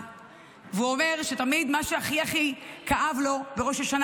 והוא אומר שמה שהכי הכי כאב לו תמיד בראש השנה